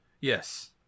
Yes